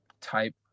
type